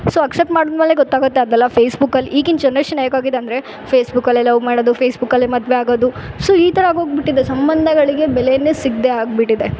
so accept ಮಾಡ್ದ ಮೇಲೆ ಗೊತ್ತಾಗತ್ತೆ ಅದೆಲ್ಲಾ ಫೇಸ್ಬುಕಲ್ಲಿ ಈಗಿನ ಜನ್ರೇಷನ್ ಹೇಗಾಗಿದೆ ಅಂದರೆ ಫೇಸ್ಬುಕಲ್ಲೇ ಲವ್ ಮಾಡೋದು ಫೇಸ್ಬುಕಲ್ಲೇ ಮದುವೆ ಆಗೋದು ಸೊ ಈ ಥರ ಆಗೊಗ್ಬಿಟ್ಟಿದೆ ಸಂಬಂಧಗಳಿಗೆ ಬೆಲೆ ಸಿಗದೇ ಆಗ್ಬಿಟ್ಟಿದೆ